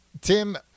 Tim